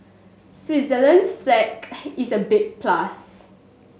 Switzerland's flag is a big plus